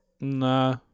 Nah